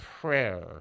prayer